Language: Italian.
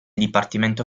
dipartimento